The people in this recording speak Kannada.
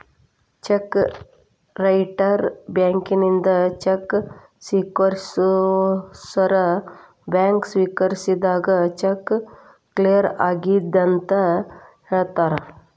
ಚೆಕ್ ರೈಟರ್ ಬ್ಯಾಂಕಿನಿಂದ ಚೆಕ್ ಸ್ವೇಕರಿಸೋರ್ ಬ್ಯಾಂಕ್ ಸ್ವೇಕರಿಸಿದಾಗ ಚೆಕ್ ಕ್ಲಿಯರ್ ಆಗೆದಂತ ಹೇಳ್ತಾರ